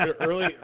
early